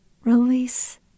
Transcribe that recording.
release